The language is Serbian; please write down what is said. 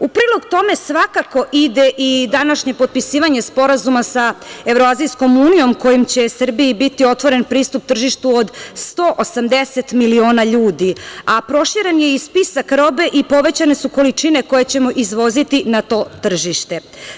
U prilog tome svakako ide i današnje potpisivanje Sporazuma sa Evroazijskom unijom, kojim će Srbiji biti otvoren pristup tržištu od 180 miliona ljudi, a proširen je i spisak robe i povećane su količine koje ćemo izvoziti na to tržište.